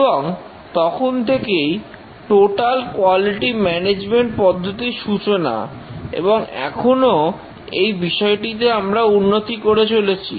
এবং তখন থেকেই টোটাল কোয়ালিটি ম্যানেজমেন্ট পদ্ধতির সূচনা এবং এখনও এই বিষয়টিতে আমরা উন্নতি করে চলেছি